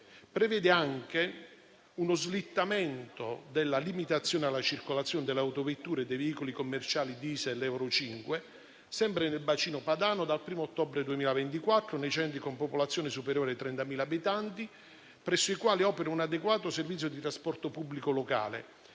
Prevede anche uno slittamento della limitazione alla circolazione delle autovetture e dei veicoli commerciali *diesel* euro 5, sempre nel bacino padano, dal 1° ottobre 2024 nei centri con popolazione superiore ai 30.000 abitanti, presso i quali opera un adeguato servizio di trasporto pubblico locale